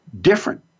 different